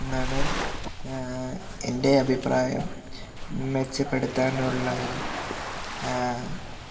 എന്നാണ് എൻ്റെ അഭിപ്രായം മെച്ചപ്പെടുത്താനുള്ളത്